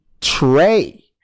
tray